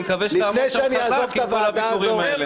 אני מקווה שאתה תעמוד חזק עם כל הוויתורים האלה.